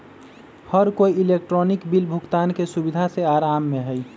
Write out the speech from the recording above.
हर कोई electronic bill भुगतान के सुविधा से आराम में हई